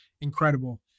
incredible